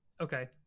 Okay